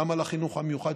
גם על החינוך המיוחד,